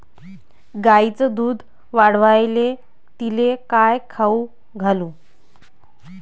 गायीचं दुध वाढवायले तिले काय खाऊ घालू?